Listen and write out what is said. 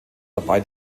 dabei